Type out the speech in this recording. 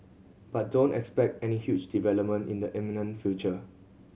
but don't expect any huge development in the imminent future